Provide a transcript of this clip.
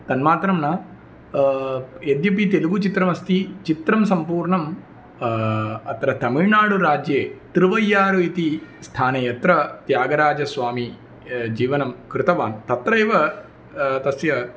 तन्मात्रं न यद्यपि तेलुगु चित्रमस्ति चित्रं सम्पूर्णं अत्र तमिळ्नाडुराज्ये तिरुवय्यारु इति स्थाने यत्र त्यागराजस्वामी जीवनं कृतवान् तत्रैव तस्य